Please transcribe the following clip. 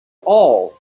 all